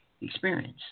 experience